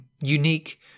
unique